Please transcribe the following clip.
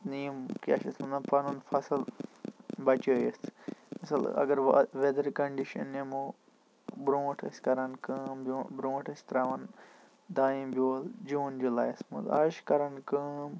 نہَ یِم کیٛاہ چھِ اَتھ وَنان پَنُن فَصل بَچٲوِتھ مِثال اَگر وا ویٚدر کَنٛڈِشَن نِمو برٛونٛٹھ ٲسۍ کَران کٲم برٛوٗنٹھ ٲسۍ ترٛاوان دانہِ بیٚول جوٗن جُلایی یَس منٛز اَز چھِ کَران کٲم